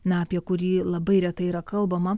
na apie kurį labai retai yra kalbama